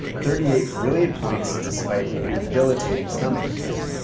thirty eight brilliant points despite a debilitating stomach infection.